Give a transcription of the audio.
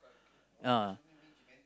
uh